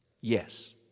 Yes